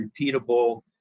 repeatable